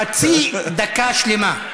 אין בעיה, חצי דקה שלמה.